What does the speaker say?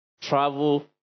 travel